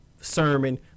sermon